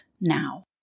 now